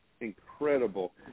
incredible